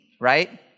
right